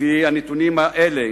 לפי הנתונים האלה,